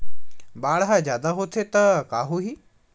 बाढ़ ह जादा होथे त का होही?